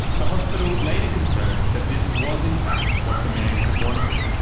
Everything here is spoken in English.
the hospital later confirmed that this was in fact what the man had wanted.